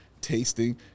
tasting